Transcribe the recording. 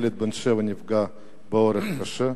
ילד בן שבע נפגע באורח קשה,